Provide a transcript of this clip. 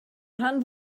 rhan